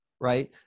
right